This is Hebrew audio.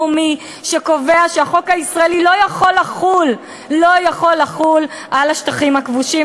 אני לא יכול להגיד שאלה סתם דברים,